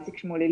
איציק שמואלי,